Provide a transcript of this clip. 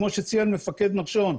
כמו שציין מפקד נחשון.